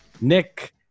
Nick